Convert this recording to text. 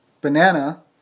banana